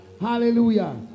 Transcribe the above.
Hallelujah